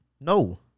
No